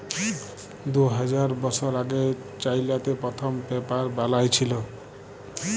দু হাজার বসর আগে চাইলাতে পথ্থম পেপার বালাঁই ছিল